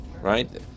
right